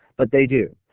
but they do.